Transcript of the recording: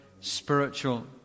spiritual